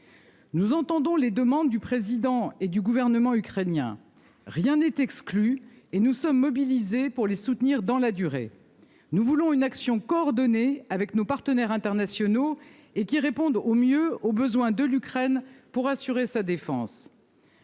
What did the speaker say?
Nous entendons les demandes du président et du gouvernement ukrainien. Rien n'est exclu et nous sommes mobilisés pour les soutenir dans la durée. Nous voulons une action coordonnée avec nos partenaires internationaux et qui répondent au mieux aux besoins de l'Ukraine pour assurer sa défense.